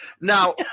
Now